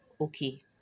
okay